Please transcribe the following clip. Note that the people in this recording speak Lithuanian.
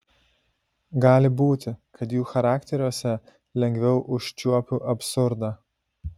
gali būti kad jų charakteriuose lengviau užčiuopiu absurdą